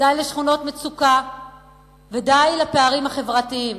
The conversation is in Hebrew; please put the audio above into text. די לשכונות מצוקה ודי לפערים החברתיים.